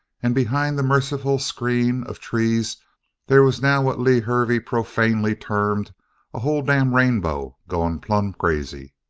and behind the merciful screen of trees there was now what lew hervey profanely termed a whole damn rainbow gone plumb crazy.